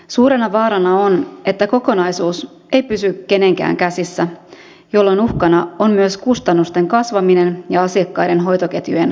suurena vaarana on että kokonaisuus ei pysy kenenkään käsissä jolloin uhkana on myös kustannusten kasvaminen ja asiakkaiden hoitoketjujen katkeaminen